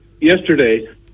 yesterday